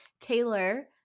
Taylor